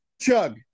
chug